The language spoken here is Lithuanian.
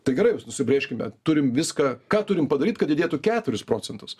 tai gerai nusibrėžkime turim viską ką turim padaryt kad didėtų keturis procentus